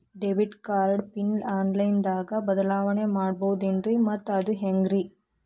Debit card pin online ದಾಗ ಬದಲಾವಣೆ ಮಾಡಬಹುದೇನ್ರಿ ಮತ್ತು ಅದು ಹೆಂಗ್ರಿ?